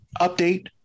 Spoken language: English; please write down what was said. Update